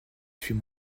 suis